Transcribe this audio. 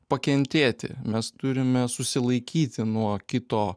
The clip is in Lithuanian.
pakentėti mes turime susilaikyti nuo kito